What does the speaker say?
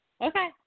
Okay